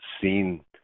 seen